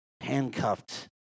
handcuffed